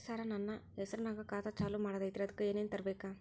ಸರ, ನನ್ನ ಹೆಸರ್ನಾಗ ಖಾತಾ ಚಾಲು ಮಾಡದೈತ್ರೀ ಅದಕ ಏನನ ತರಬೇಕ?